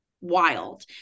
Wild